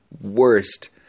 worst